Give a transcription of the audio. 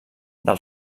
del